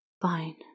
Fine